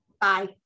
Bye